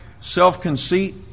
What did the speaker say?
self-conceit